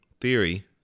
theory